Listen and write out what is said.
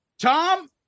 Tom